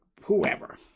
whoever